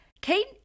Kate